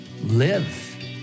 live